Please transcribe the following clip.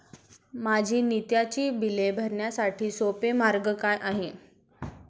माझी नित्याची बिले भरण्यासाठी सोपा मार्ग काय आहे?